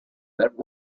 that